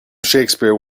shakespeare